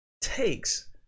takes